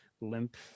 limp